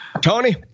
Tony